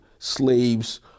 slaves